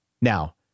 Now